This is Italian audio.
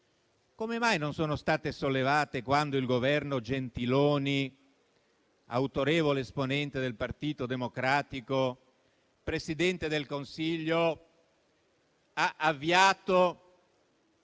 non sono state sollevate quando il Governo di Gentiloni, autorevole esponente del Partito Democratico e Presidente del Consiglio, ha avviato